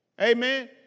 Amen